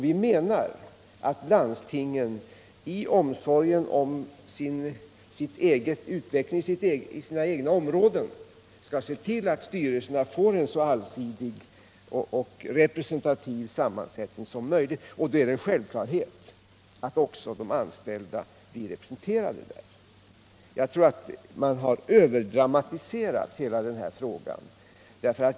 Vi menar att landstingen i omsorgen om utvecklingen i sina egna områden skall se till att styrelserna får en så allsidig och representativ sammansättning som möjligt. Det är då en självklarhet att även de anställda blir representerade. Jag tror att man har överdramatiserat hela den här frågan.